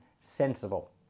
sensible